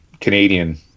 Canadian